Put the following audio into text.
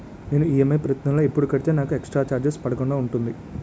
నేను ఈ.ఎమ్.ఐ ప్రతి నెల ఎపుడు కడితే నాకు ఎక్స్ స్త్ర చార్జెస్ పడకుండా ఉంటుంది?